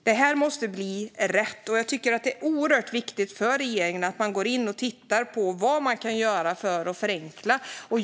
Detta måste bli rätt. Det är oerhört viktigt för regeringen att man går in och tittar på vad man kan göra för att förenkla.